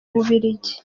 bubiligi